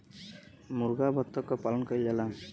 मुरगा बत्तख क पालन कइल जाला